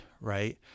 right